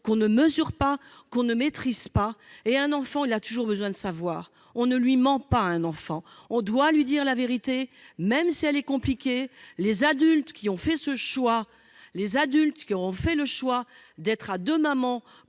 l'on ne mesure pas, que l'on ne maîtrise pas. Un enfant a toujours besoin de savoir. On ne ment pas à un enfant. On doit lui dire la vérité, même si elle est compliquée. Les adultes qui ont fait le choix d'être à deux mamans